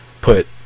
put